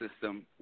system